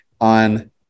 on